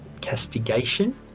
Castigation